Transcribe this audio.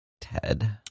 Ted